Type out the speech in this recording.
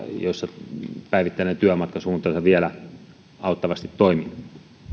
jossa päivittäinen työmatka suuntaansa vielä auttavasti toimii